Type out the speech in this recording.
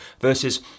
versus